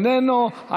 אינו נוכח,